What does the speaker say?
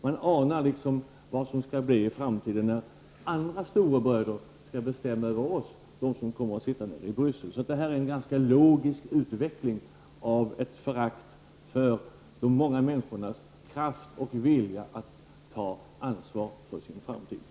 Man anar vad som skall komma i framtiden när andra storebröder skall bestämma över oss, de som kommer att finnas i Bryssel. Detta är en ganska logisk utveckling av ett förakt för de många människornas kraft och vilja att ta ansvar för sin framtid.